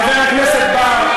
חבר הכנסת בר,